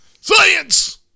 Science